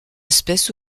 espèces